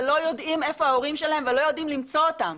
ולא יודעים איפה ההורים שלהם ולא יודעים למצוא אותם.